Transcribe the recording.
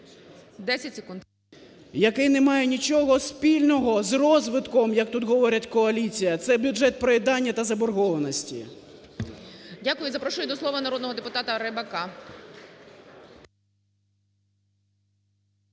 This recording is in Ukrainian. Який не має нічого спільного з розвитком, як тут говорить коаліція, це бюджет проїдання та заборгованості. ГОЛОВУЮЧИЙ. Дякую. Запрошую до слова народного депутата Рибака.